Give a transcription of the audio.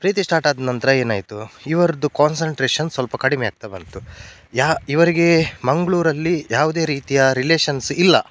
ಪ್ರೀತಿ ಸ್ಟಾರ್ಟಾದ ನಂತರ ಏನಾಯಿತು ಇವರದ್ದು ಕಾನ್ಸಂಟ್ರೇಶನ್ ಸ್ವಲ್ಪ ಕಡಿಮೆಯಾಗ್ತಾ ಬಂತು ಯಾವ ಇವರಿಗೆ ಮಂಗಳೂರಲ್ಲಿ ಯಾವುದೇ ರೀತಿಯ ರಿಲೇಶನ್ಸ್ ಇಲ್ಲ